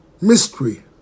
mystery